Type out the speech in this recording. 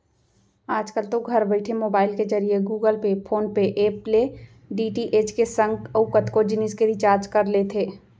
आजकल तो घर बइठे मोबईल के जरिए Google Pay, PhonePe app ले डी.टी.एच के संग अउ कतको जिनिस के रिचार्ज कर लेथे